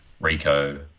Rico